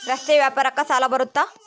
ರಸ್ತೆ ವ್ಯಾಪಾರಕ್ಕ ಸಾಲ ಬರುತ್ತಾ?